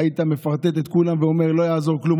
היית מפרטט את כולם ואומר: לא יעזור כלום,